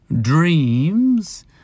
dreams